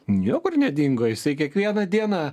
niekur nedingo jisai kiekvieną dieną